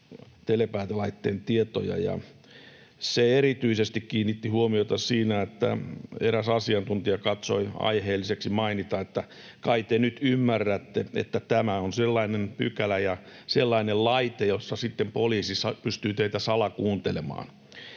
telepäätelaitteen tietoja, ja erityisesti se kiinnitti huomiota siinä, että eräs asiantuntija katsoi aiheelliseksi mainita, että kai te nyt ymmärrätte, että tämä on sellainen pykälä ja sellainen laite, että sitten poliisi pystyy teitä salakuuntelemaan.